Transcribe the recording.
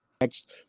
next